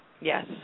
Yes